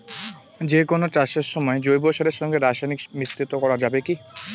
যে কোন চাষের সময় জৈব সারের সঙ্গে রাসায়নিক মিশ্রিত করা যাবে কি?